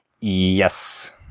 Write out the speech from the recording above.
Yes